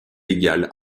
légal